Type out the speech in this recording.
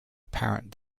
apparent